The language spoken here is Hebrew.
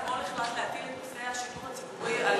אתמול הוחלט להטיל את נושא השידור הציבורי על